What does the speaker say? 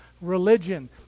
religion